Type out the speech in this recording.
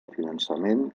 finançament